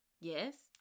Yes